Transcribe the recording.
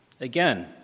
Again